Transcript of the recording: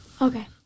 okay